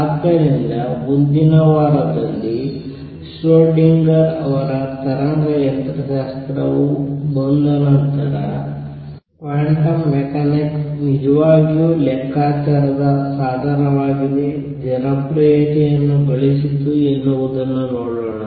ಆದ್ದರಿಂದ ಮುಂದಿನ ವಾರದಲ್ಲಿ ಶ್ರೋಡಿಂಗರ್ Schrödinger ಅವರ ತರಂಗ ಯಂತ್ರಶಾಸ್ತ್ರವು ಬಂದ ನಂತರ ಕ್ವಾಂಟಮ್ ಮೆಕ್ಯಾನಿಕ್ಸ್ ನಿಜವಾಗಿಯೂ ಲೆಕ್ಕಾಚಾರದ ಸಾಧನವಾಗಿ ಜನಪ್ರಿಯತೆಯನ್ನು ಗಳಿಸಿತು ಎನ್ನುವುದನ್ನು ನೋಡೋಣ